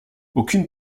aucunes